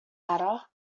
hatter